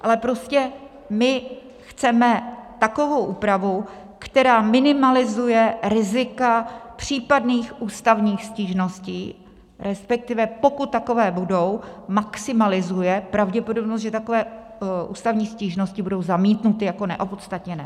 Ale prostě my chceme takovou úpravu, která minimalizuje rizika případných ústavních stížností, respektive pokud takové budou, maximalizuje pravděpodobnost, že takové ústavní stížnosti budou zamítnuty jako neopodstatněné.